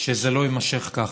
שזה לא יימשך כך,